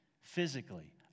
physically